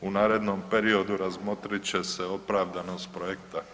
U narednom periodu razmotrit će se opravdanost projekta.